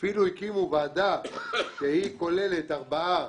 אפילו הקימו ועדה שכוללת ארבעה